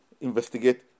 investigate